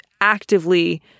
actively